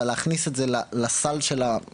אבל להכניס את זה לסל של המיליארדים,